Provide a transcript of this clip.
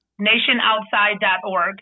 nationoutside.org